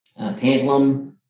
tantalum